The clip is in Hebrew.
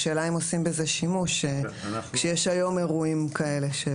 השאלה אם עושים בזה שימוש כשיש היום אירועים כאלה?